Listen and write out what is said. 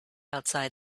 outside